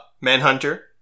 Manhunter